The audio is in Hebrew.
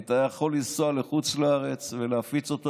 היית יכול לנסוע לחוץ לארץ ולהפיץ אותו